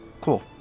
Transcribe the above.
cool